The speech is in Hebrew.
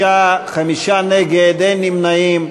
בעד, 59, חמישה נגד, אין נמנעים.